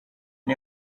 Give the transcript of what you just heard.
and